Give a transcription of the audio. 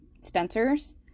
Spencer's